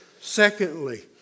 Secondly